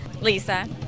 Lisa